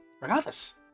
Regardless